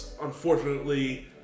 unfortunately